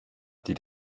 die